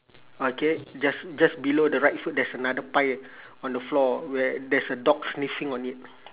okay just just below the right foot there's another pie on the floor where there's a dog sniffing on it